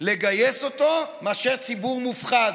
לגייס אותו מאשר ציבור מופחד,